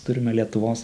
turime lietuvos